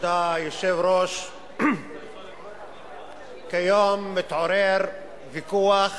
כבוד היושב-ראש, כיום מתעורר ויכוח